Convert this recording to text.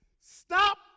Stop